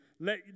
Let